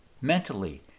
Mentally